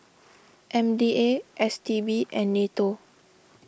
M D A S T B and Nato